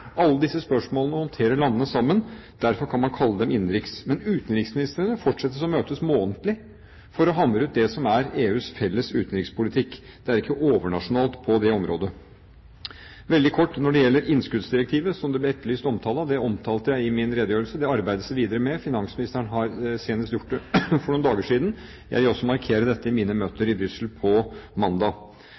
håndterer landene sammen. Derfor kan man kalle det innenrikspolitikk. Men utenriksministrene fortsetter å møtes månedlig for å hamre ut det som er EUs felles utenrikspolitikk. Dette er ikke noe overnasjonalt på det området. Veldig kort: Når det gjelder innskuddsdirektivet, som det ble etterlyst omtale av, omtalte jeg det i min redegjørelse, og det arbeides videre med det. Finansministeren gjorde det senest for noen dager siden. Jeg vil også markere det i mine møter i Brussel på mandag.